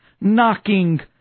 knocking